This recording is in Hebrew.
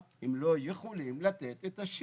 זה עלייה של 2,000 שקל.